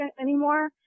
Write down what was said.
anymore